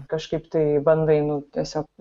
kažkaip tai bandai nu tiesiog